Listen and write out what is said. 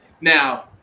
Now